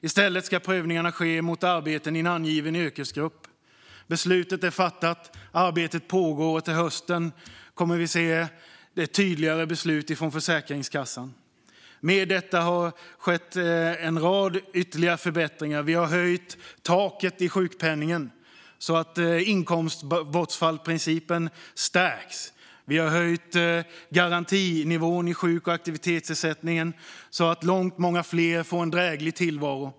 I stället ska prövningen ske mot arbeten i en angiven yrkesgrupp. Beslutet är fattat, arbetet pågår och till hösten kommer vi att se tydligare beslut från Försäkringskassan. Med detta har en rad ytterligare förbättringar skett. Vi har höjt taket i sjukpenningen så att inkomstbortfallsprincipen stärks. Vi har höjt garantinivån i sjuk och aktivitetsersättningen så att många fler får en dräglig tillvaro.